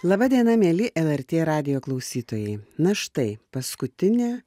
laba diena mieli lrt radijo klausytojai na štai paskutinė